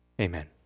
Amen